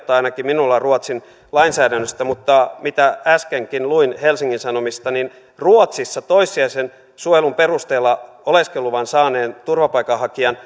tai ainakin minulla on vähän hatarat tiedot ruotsin lainsäädännöstä mutta mitä äskenkin luin helsingin sanomista niin ruotsissa toissijaisen suojelun perusteella oleskeluluvan saaneen turvapaikanhakijan